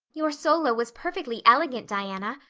your solo was perfectly elegant, diana.